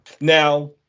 Now